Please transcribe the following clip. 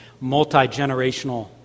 multi-generational